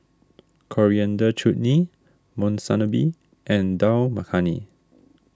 Coriander Chutney Monsunabe and Dal Makhani